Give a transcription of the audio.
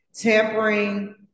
tampering